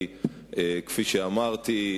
היא כפי שאמרתי,